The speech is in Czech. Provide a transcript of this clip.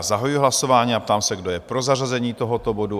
Zahajuji hlasování a ptám se, kdo je pro zařazení tohoto bodu?